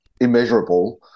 immeasurable